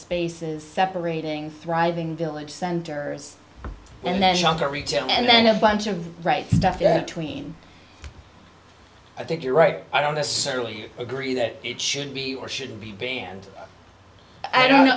spaces separating thriving village centers and then on to retail and then a bunch of right stuff that tween i think you're right i don't necessarily agree that it should be or should be banned i don't know